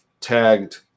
tagged